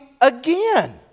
again